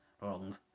wrong